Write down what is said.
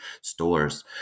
stores